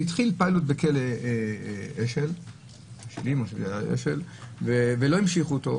התחיל פיילוט בכלא אשל ולא המשיכו אותו.